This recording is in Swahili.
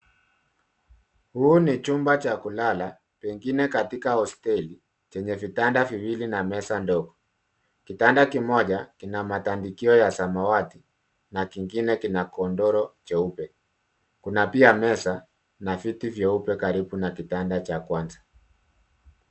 Huu ni chumba cha kulala pengine katika hosteli chenye vitanda viwili na meza ndogo .Kitanda kimoja kina matandikio ya samawati na kingine kina godoro jeupe. Kuna pia meza na viti vyeupe karibu na kitanda cha kwanza.